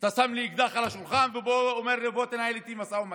אתה שם לי אקדח על השולחן ואומר לי: בוא תנהל איתי משא-ומתן.